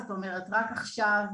זאת אומרת רק עכשיו,